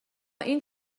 این